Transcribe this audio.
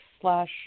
slash